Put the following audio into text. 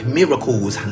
miracles